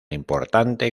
importante